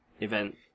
event